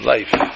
Life